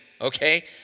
Okay